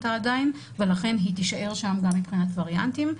עדיין ולכן היא תישאר שם גם מבחינת וריאנטים,